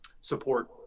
support